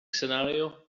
scenario